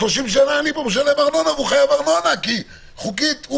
30 שנים אני משלם כאן ארנונה ואכן חוקית הוא